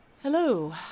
Hello